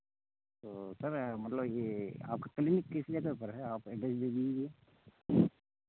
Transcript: तो सर मतलब यह आपका क्लिनिक किस जगह पर है आप एड्रैस दे दीजिए